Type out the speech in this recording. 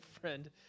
friend